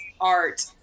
art